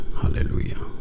Hallelujah